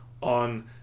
on